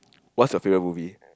what's your favourite movie